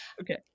okay